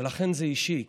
ולכן זה אישי.